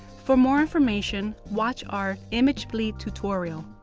for more information, watch our image bleed tutorial.